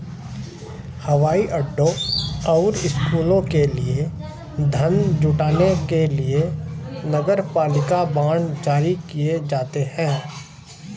हवाई अड्डों और स्कूलों के लिए धन जुटाने के लिए नगरपालिका बांड जारी किए जाते हैं